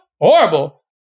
Horrible